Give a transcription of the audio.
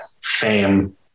fame